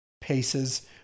paces